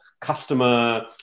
customer